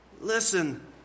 Listen